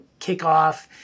kickoff